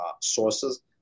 sources